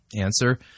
Answer